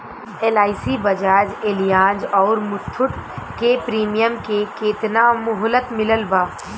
LIC Bajaj Allianz आउर मुथूट के premium के केतना मुहलत मिलल बा?